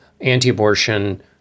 anti-abortion